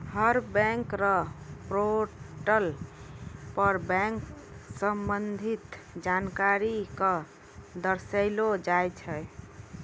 हर bank र portal पर bank स संबंधित जानकारी क दर्शैलो जाय छै